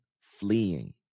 fleeing